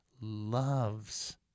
loves